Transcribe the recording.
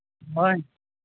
ᱦᱳᱭ